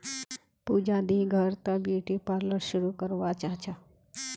पूजा दी घर त ब्यूटी पार्लर शुरू करवा चाह छ